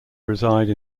reside